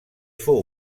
fou